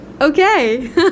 Okay